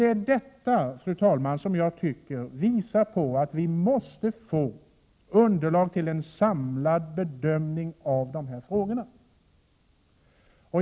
Det är detta, fru talman, som jag tycker visar på att vi måste få ett underlag till en samlad bedömning av de här frågorna.